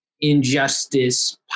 injustice